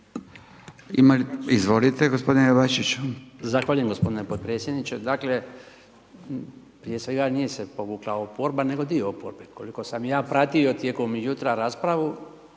Izvolite gospodine Bačiću.